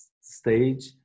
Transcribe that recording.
stage